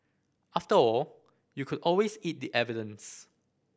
after all you could always eat the evidence